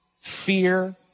fear